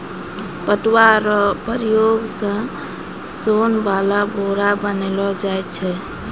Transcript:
पटुआ रो प्रयोग से सोन वाला बोरा बनैलो जाय छै